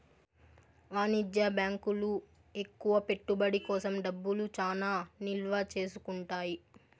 వాణిజ్య బ్యాంకులు ఎక్కువ పెట్టుబడి కోసం డబ్బులు చానా నిల్వ చేసుకుంటాయి